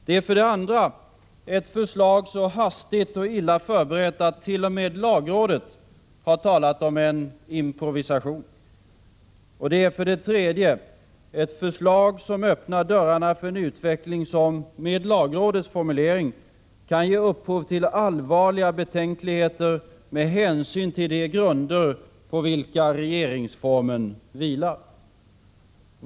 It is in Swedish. Det är, för det andra, ett förslag så hastigt och illa förberett att t.o.m. lagrådet har talat om en ”improvisation”. Och det är, för det tredje, ett förslag som öppnar dörrarna för en utveckling som, med lagrådets formulering, kan ge upphov till ”allvarliga betänkligheter med hänsyn till de grunder på vilka regeringsformen vilar”.